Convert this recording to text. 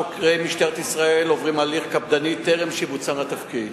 חוקרי משטרת ישראל עוברים הליך קפדני טרם שיבוצם לתפקיד.